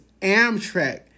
Amtrak